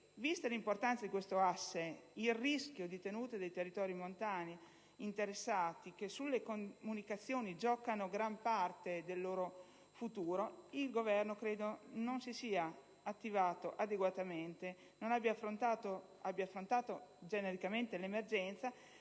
Vista l'importanza di tale asse e il rischio di tenuta dei territori montani interessati, che sulle comunicazioni giocano gran parte del loro futuro, credo che il Governo non si sia attivato adeguatamente ed abbia affrontato genericamente l'emergenza.